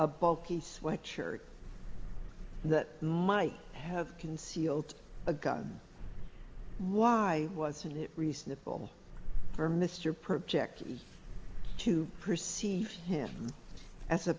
a bulky sweatshirt that might have concealed a gun why wasn't it reasonable for mr project to perceive him as a